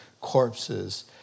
corpses